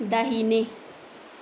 दाहिने